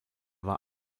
war